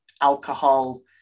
alcohol